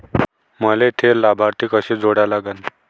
मले थे लाभार्थी कसे जोडा लागन?